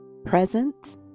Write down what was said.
present